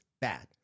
bad